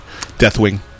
deathwing